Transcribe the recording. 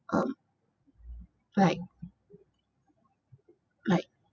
um like like